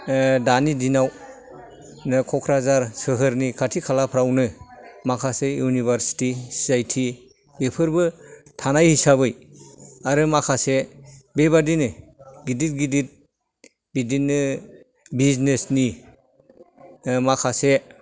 ओह दानि दिनाव नो क'क्राझार सोहोरनि खाथि खालाफ्रावनो माखासे इउनिभारसिटि सिआईटि बेफोरबो थानाय हिसाबै आरो माखासे बेबादिनो गिदिर गिदिर बिदिनो बिजिनेसनि ओह माखासे